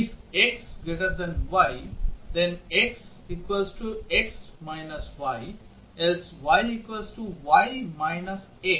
If x y then x x y else y y x